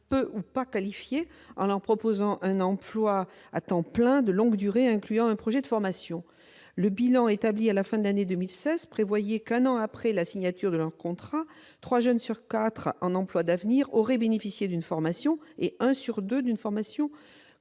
peu ou non qualifiés en leur proposant un emploi à temps plein de longue durée incluant un projet de formation. Le bilan établi à la fin de l'année 2016 prévoyait que, un an après la signature de leur contrat, trois jeunes en emploi d'avenir sur quatre auraient bénéficié d'une formation, et qu'un sur deux aurait